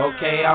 Okay